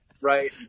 right